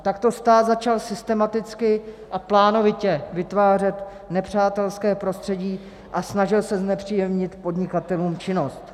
Takto stát začal systematicky a plánovitě vytvářet nepřátelské prostředí a snažil se znepříjemnit podnikatelům činnost.